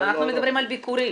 אנחנו מדברים על ביקורים.